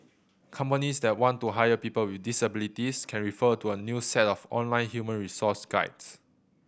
companies that want to hire people with disabilities can refer to a new set of online human resource guides